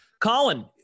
Colin